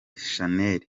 shanel